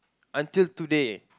until today